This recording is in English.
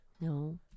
No